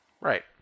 Right